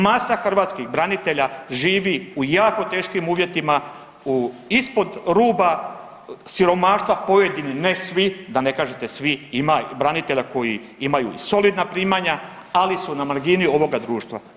Masa hrvatskih branitelja živi u jako teškim uvjetima u, ispod ruba siromaštva, pojedini, ne svi, da ne kažete svi, ima ih, branitelja koji imaju solidna primanja, ali su na margini ovoga društva.